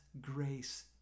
grace